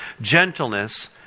gentleness